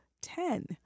ten